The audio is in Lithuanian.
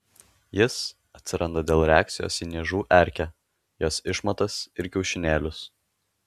jis atsiranda dėl reakcijos į niežų erkę jos išmatas ir kiaušinėlius